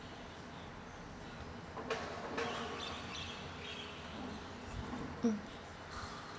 mm